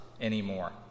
anymore